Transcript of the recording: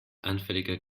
anfälliger